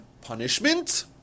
punishment